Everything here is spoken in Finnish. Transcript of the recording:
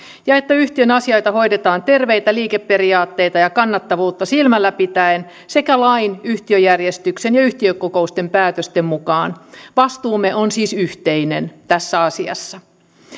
ja että yhtiön asioita hoidetaan terveitä liikeperiaatteita ja kannattavuutta silmällä pitäen sekä lain yhtiöjärjestyksen ja yhtiökokousten päätösten mukaan vastuumme on siis yhteinen tässä asiassa